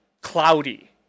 cloudy